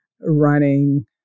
running